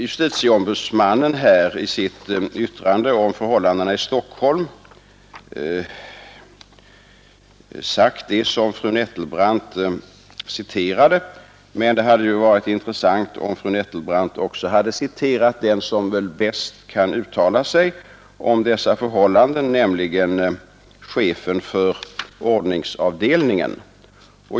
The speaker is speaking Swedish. JO har i sitt yttrande om förhållandena i Stockholm sagt det som fru Nettelbrandt citerade, men det hade varit intressant om fru Nettelbrandt också citerat den som väl bäst kan uttala sig om dessa förhållanden, nämligen chefen för ordningspolisavdelningen.